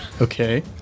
Okay